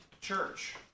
church